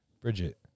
Bridget